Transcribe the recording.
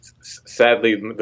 sadly